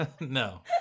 no